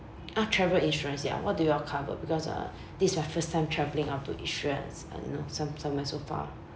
ah travel insurance ya what do you all cover because uh this is my first time traveling up to israel and s~ uh you know some some so far